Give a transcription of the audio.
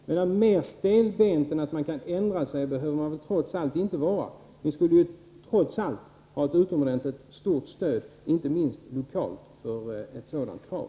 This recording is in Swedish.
Mera stelbent än att man kan ändra sig behöver man väl inte vara. Det skulle trots allt bli ett utomordentligt starkt stöd, inte minst lokalt, för ett sådant krav.